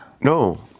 No